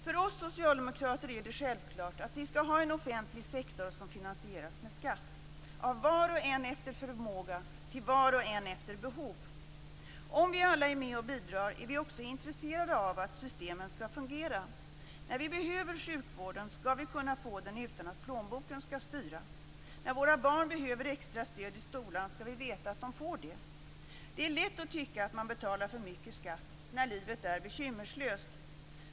För oss socialdemokrater är det självklart att vi skall ha en offentlig sektor som finansieras med skatt. Av var och en efter förmåga, till var och en efter behov. Om vi alla är med och bidrar är vi också intresserade av att systemen skall fungera. När vi behöver sjukvården, skall vi kunna få den utan att plånboken skall styra. När våra barn behöver extra stöd i skolan, skall vi veta att de får det. Det är lätt att tycka att man betalar för mycket skatt när livet är bekymmerslöst.